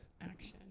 Action